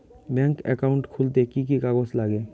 Bank account খুলতে কি কি কাগজ লাগে?